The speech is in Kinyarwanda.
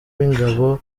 w’ingabo